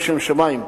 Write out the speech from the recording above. ובשם שמים,